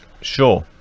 Sure